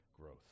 growth